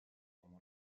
oma